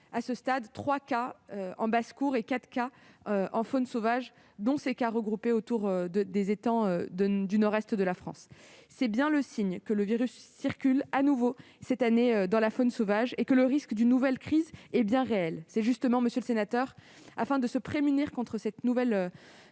à ce stade trois cas en basse-cour et quatre cas en faune sauvage, dont des cas groupés autour des étangs du nord-est de la France. C'est bien le signe que le virus circule de nouveau cette année dans la faune sauvage et que le risque d'une nouvelle crise est bien réel. C'est justement afin de se prémunir contre une nouvelle crise